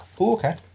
okay